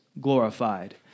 glorified